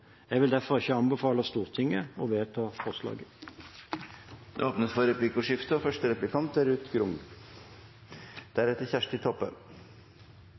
Jeg vil derfor ikke anbefale Stortinget å vedta forslaget. Det blir replikkordskifte. Ministeren sa i sitt innlegg at alkoholpolitikken skal være helhetlig og